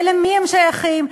ולמי הן שייכות,